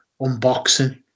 unboxing